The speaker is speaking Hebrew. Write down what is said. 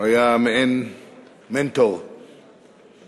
היה מעין מנטור בתחילת דרכי שם, ידידי